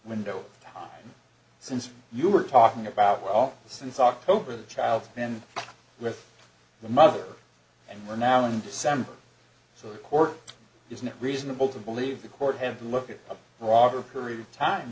window since you were talking about well since october child and with the mother and we're now in december so of course isn't it reasonable to believe the court had to look at a rock or a period of time